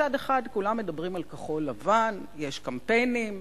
מצד אחד כולם מדברים על כחול-לבן, יש קמפיינים.